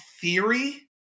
theory